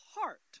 heart